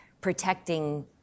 protecting